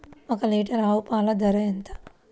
ఒక్క లీటర్ ఆవు పాల ధర ఎంత?